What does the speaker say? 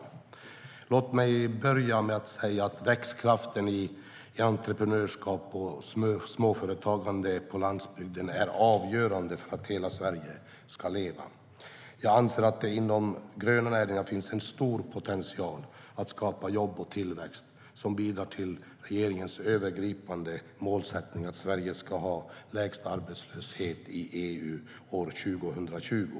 Låt mig börja med att säga att växtkraften i entreprenörskap och småföretagande på landsbygden är avgörande för att hela Sverige ska leva. Jag anser att det inom de gröna näringarna finns en stor potential att skapa jobb och tillväxt som bidrar till regeringens övergripande målsättning att Sverige ska ha lägst arbetslöshet i EU år 2020.